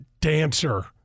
dancer